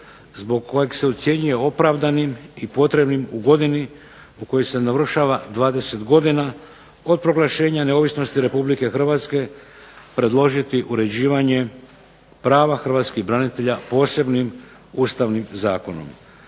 zbog kojeg se ocjenjuje opravdanim i potrebnim u godini u kojoj se navršava 20 godina od proglašenja neovisnosti Republike Hrvatske predložiti uređivanje prava hrvatskih branitelja posebnim ustavnim zakonom.